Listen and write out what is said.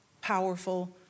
powerful